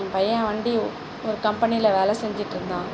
ஏ பையன் வண்டி ஒரு கம்பெனியில் வேலை செஞ்சுட்டு இருந்தான்